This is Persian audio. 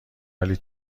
ولی